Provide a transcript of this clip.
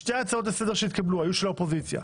שתי הצעות לסדר שהתקבלו היו של האופוזיציה,